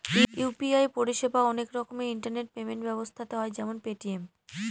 UPI পরিষেবা অনেক রকমের ইন্টারনেট পেমেন্ট ব্যবস্থাতে হয় যেমন পেটিএম